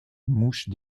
mouche